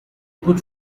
put